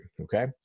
okay